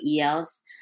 ELs